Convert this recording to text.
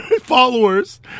followers